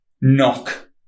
knock